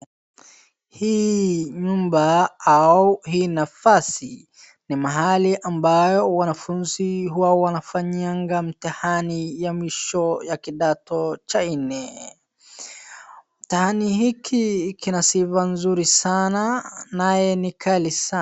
Hii nyumba au hii nafasi ni mahali ambayo wanafunzi huwa wanafanya mtihani wa mwisho wa kidato cha nne mitihani hiki kina sifa nzuri sana naye ni kali sana.